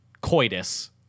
coitus